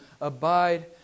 abide